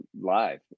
live